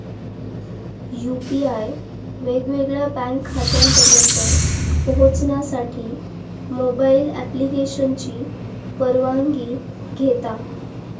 UPI वेगवेगळ्या bank खात्यांपर्यंत पोहचण्यासाठी मोबाईल ॲप्लिकेशनची परवानगी घेता